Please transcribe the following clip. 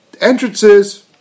entrances